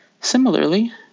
Similarly